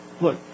Look